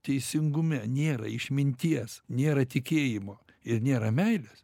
teisingume nėra išminties nėra tikėjimo ir nėra meilės